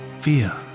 fear